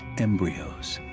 embryos.